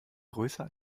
größer